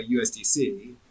USDC